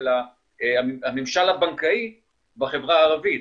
הממשל הבנקאי בחברה הערבית,